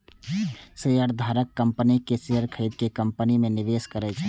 शेयरधारक कंपनी के शेयर खरीद के कंपनी मे निवेश करै छै